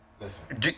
Listen